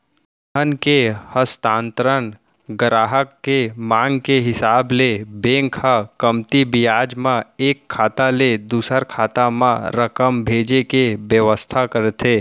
धन के हस्तांतरन गराहक के मांग के हिसाब ले बेंक ह कमती बियाज म एक खाता ले दूसर खाता म रकम भेजे के बेवस्था करथे